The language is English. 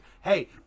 hey